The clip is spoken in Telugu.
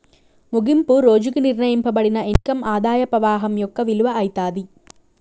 ముగింపు రోజుకి నిర్ణయింపబడిన ఇన్కమ్ ఆదాయ పవాహం యొక్క విలువ అయితాది